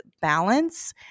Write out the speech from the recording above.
balance